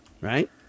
right